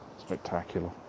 Spectacular